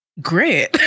Great